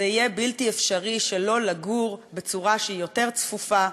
זה יהיה בלתי אפשרי שלא לגור בצורה שהיא יותר צפופה,